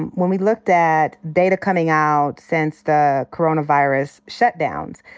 and when we looked at data coming out since the coronavirus shutdowns,